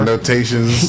Notations